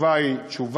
התשובה היא תשובה.